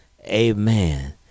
amen